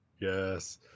Yes